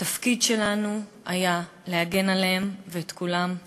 התפקיד שלנו היה להגן עליהם, ואת כולם אכזבנו.